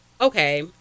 Okay